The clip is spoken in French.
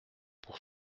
pour